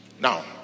Now